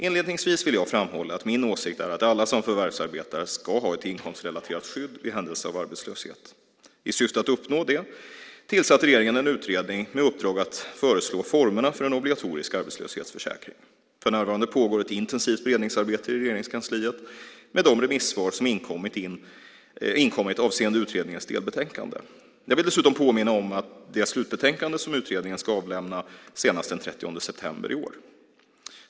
Inledningsvis vill jag framhålla att min åsikt är att alla som förvärvsarbetar ska ha ett inkomstrelaterat skydd vid händelse av arbetslöshet. I syfte att uppnå det tillsatte regeringen en utredning med uppdrag att föreslå formerna för en obligatorisk arbetslöshetsförsäkring. För närvarande pågår ett intensivt beredningsarbete i Regeringskansliet med de remissvar som inkommit avseende utredningens delbetänkande. Jag vill dessutom påminna om det slutbetänkande som utredningen ska avlämna senast den 30 september i år.